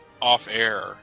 off-air